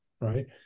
right